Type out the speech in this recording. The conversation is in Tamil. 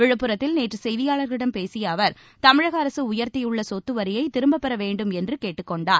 விழுப்புரத்தில் நேற்று செய்தியாளர்களிடம் பேசிய அவர் தமிழக அரசு உயர்த்தியுள்ள சொத்து வரியை திரும்பப் பெற வேண்டும் என்று கேட்டுக் கொண்டார்